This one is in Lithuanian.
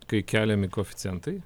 kai keliami koeficientai